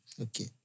okay